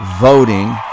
voting